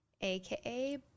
AKA